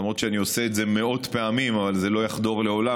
למרות שאני עושה את זה מאות פעמים אבל זה לא יחדור לעולם,